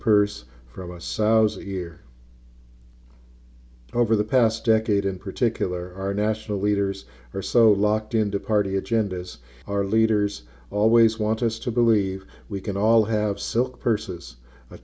purse from a sow's ear over the past decade in particular our national leaders are so locked into party agendas our leaders always want us to believe we can all have silk purses a